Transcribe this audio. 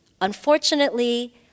Unfortunately